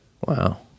Wow